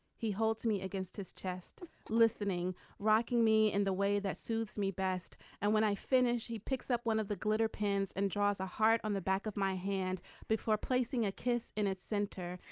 he holds me against his chest listening rocking me in the way that soothes me best and when i finish. he picks up one of the glitter pins and draws a heart on the back of my hand before placing a kiss in its center.